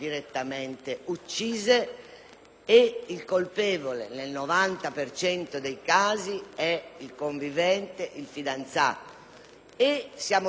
il colpevole nel 90 per cento dei casi è il convivente o il fidanzato. Siamo di fronte a questa tipologia